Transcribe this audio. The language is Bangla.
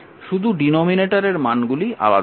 শুধু ডিনোমিনেটরের মানগুলি আলাদা হবে